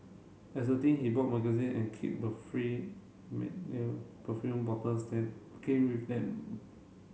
as a teen he bought magazine and keep the free perfume bottles that came with them